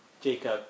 Jacob